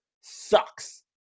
sucks